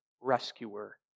rescuer